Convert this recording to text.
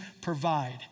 provide